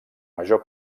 major